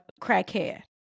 Crackhead